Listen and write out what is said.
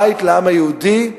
בית לעם היהודי.